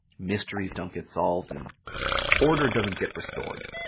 mysteries don't get solved, and order doesn't get restored,